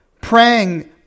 Praying